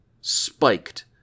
spiked